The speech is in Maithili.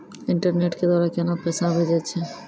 इंटरनेट के द्वारा केना पैसा भेजय छै?